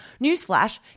Newsflash